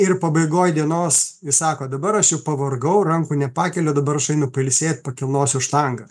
ir pabaigoj dienos jis sako dabar aš jau pavargau rankų nepakeliu dabar aš einu pailsėt pakilnosiu štangą